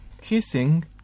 Kissing